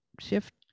shift